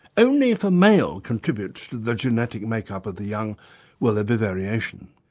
only if a male contributes to the genetic make-up of the young will there be variation,